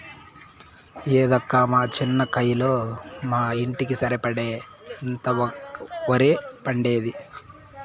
ఏందక్కా మా చిన్న కయ్యలో మా ఇంటికి సరిపడేంత ఒరే పండేది